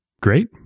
great